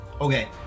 okay